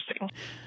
interesting